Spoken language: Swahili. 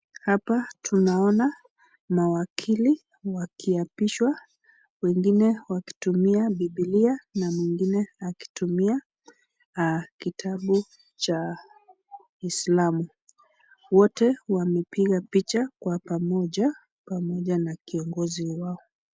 Hapa tunaona mawakili wakiapishwa, wengine wakiapishwa wakitumia bibilia na mwingine akitumia kitabu cha Uisamu, wote wamepiga picha kwa pamoja, pamoja na kiongozi wao.